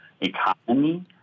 economy